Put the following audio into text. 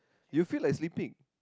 you feel like sleepy